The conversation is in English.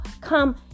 come